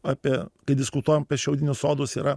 apie kai diskutuojam apie šiaudinius sodus yra